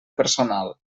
personal